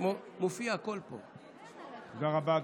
תודה רבה,